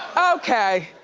okay,